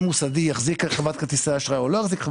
מוסדי יחזיק את חברת כרטיסי האשראי או לא יחזיק,